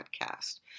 podcast